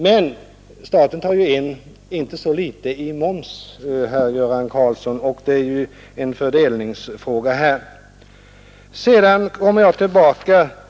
Men staten tar ju in icke så litet i moms, herr Karlsson. Det är ju en fördelningsfråga.